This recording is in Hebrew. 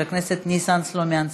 חבר הכנסת ניסן סלומינסקי.